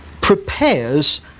prepares